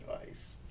advice